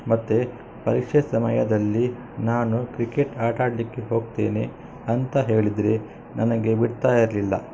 ಮತ್ತು ಪರೀಕ್ಷೆ ಸಮಯದಲ್ಲಿ ನಾನು ಕ್ರಿಕೆಟ್ ಆಟಾಡಲಿಕ್ಕೆ ಹೋಗ್ತೇನೆ ಅಂತ ಹೇಳಿದರೆ ನನಗೆ ಬಿಡ್ತಾ ಇರಲಿಲ್ಲ